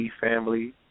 family